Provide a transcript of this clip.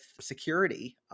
security